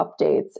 updates